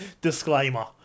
Disclaimer